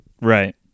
Right